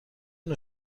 نوع